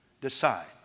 Decide